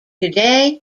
today